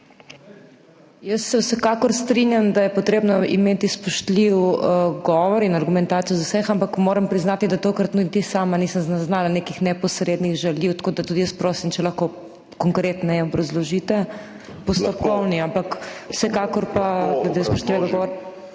Jaz se vsekakor strinjam, da je potrebno imeti spoštljiv govor in argumentacijo do vseh, ampak moram priznati, da tokrat niti sama nisem zaznala nekih neposrednih žaljivk, tako da tudi jaz prosim, če lahko konkretneje obrazložite postopkovni… / oglašanje iz dvorane/,